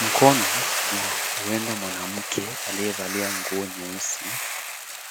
Mkono wa huenda mwanamke aliyevalia nguo nyeusi,